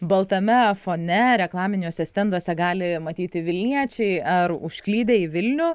baltame fone reklaminiuose stenduose gali matyti vilniečiai ar užklydę į vilnių